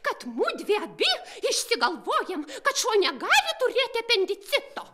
kad mudvi abi išsigalvojam kad šuo negali turėti apendicito